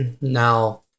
now